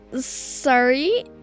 sorry